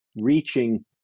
reaching